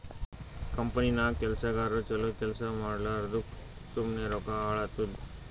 ಕಂಪನಿನಾಗ್ ಕೆಲ್ಸಗಾರು ಛಲೋ ಕೆಲ್ಸಾ ಮಾಡ್ಲಾರ್ದುಕ್ ಸುಮ್ಮೆ ರೊಕ್ಕಾ ಹಾಳಾತ್ತುವ್